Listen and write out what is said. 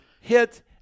hit